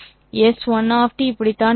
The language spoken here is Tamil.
எஸ் 1 டி இப்படித்தான் இருந்தது